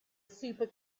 super